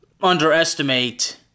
underestimate